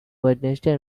wednesday